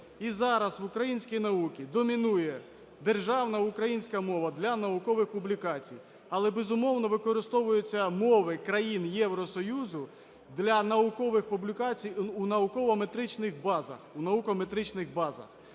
І зараз в українській науці домінує державна українська мова для наукових публікацій. Але, безумовно, використовуються мови країн Євросоюзу для наукових публікацій унауковометричних базах,